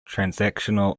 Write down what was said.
transactional